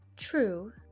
True